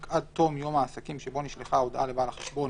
עד תום יום העסקים שבו נשלחה ההודעה לבעל החשבון